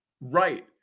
right